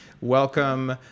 welcome